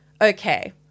Okay